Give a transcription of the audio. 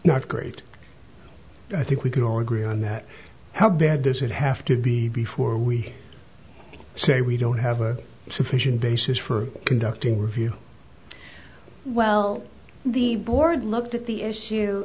not great i think we can all agree on that how bad does it have to be before we say we don't have a sufficient basis for conducting a review well the board looked at the issue